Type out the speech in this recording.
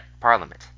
parliament